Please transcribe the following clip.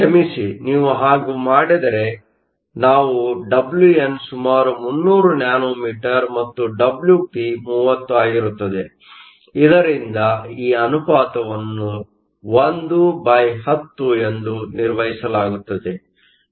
ಕ್ಷಮಿಸಿ ನೀವು ಹಾಗೆ ಮಾಡಿದರೆ ನಾವು Wn ಸುಮಾರು 300 ನ್ಯಾನೋಮೀಟರ್ ಮತ್ತು Wp 30 ಆಗಿರುತ್ತದೆ ಇದರಿಂದ ಈ ಅನುಪಾತವನ್ನು 110 ಎಂದು ನಿರ್ವಹಿಸಲಾಗುತ್ತದೆ